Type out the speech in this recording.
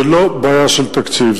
זו לא בעיה של תקציב,